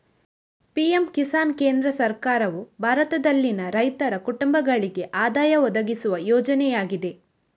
PM Kisan ಕೇಂದ್ರ ಸರ್ಕಾರವು ಭಾರತದಲ್ಲಿನ ರೈತರ ಕುಟುಂಬಗಳಿಗೆ ಆದಾಯ ಒದಗಿಸುವ ಯೋಜನೆಯಾಗಿದೆ